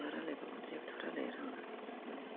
मा रायज्लायबावनो जेबोथ' रायज्लायनो रोङा